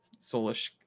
soulish